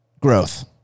growth